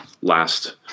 last